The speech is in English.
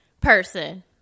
person